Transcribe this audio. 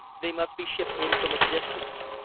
they must be shipped in from a distance.